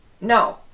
no